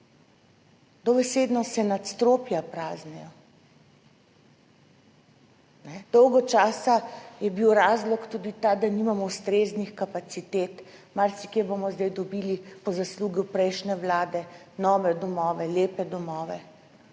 dobesedno se nadstropja praznijo. Dolgo časa je bil razlog tudi ta, da nimamo ustreznih kapacitet. Marsikje bomo zdaj dobili po zaslugi prejšnje vlade nove domove, lepe domove.